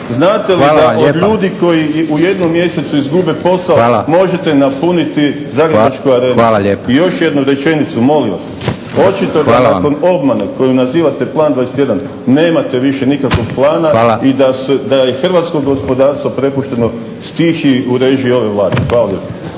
Znate li da od ljudi koji u jednom mjesecu izgube posao možete napuniti Zagrebačku arenu? **Leko, Josip (SDP)** Hvala lijepa. **Karamarko, Tomislav (HDZ)** I još jednu rečenicu, molim vas. Očito da nakon obmane koju nazivate Plan 21. nemate više nikakvog plana i da je hrvatsko gospodarstvo prepušteno stihiji u režiji ove Vlade. Hvala